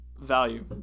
value